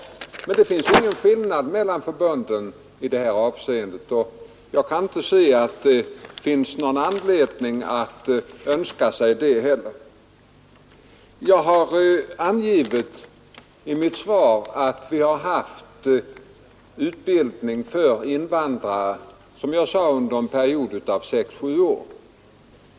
Men det görs ingen skillnad mellan förbunden i detta avseende, och jag kan inte se att det finns någon anledning att önska sig det heller. Jag sade att vi har haft utbildning för invandrare under en period av sex sju år.